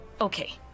Okay